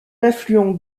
affluent